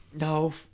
No